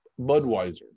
Budweiser